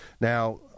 Now